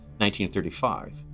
1935